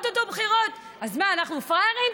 אז מה, אנחנו פראיירים?